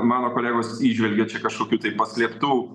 mano kolegos įžvelgia čia kažkokių paslėptų